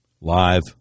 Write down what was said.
live